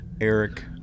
Eric